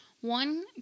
one